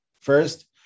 First